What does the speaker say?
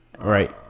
right